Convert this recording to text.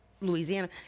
Louisiana